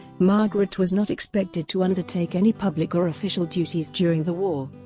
margaret was not expected to undertake any public or official duties during the war.